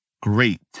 Great